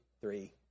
three